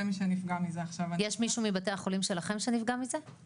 אני מרשה לעצמי לקרוא לכם שותפים כי אתם כאלה.